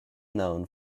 known